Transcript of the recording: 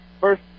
first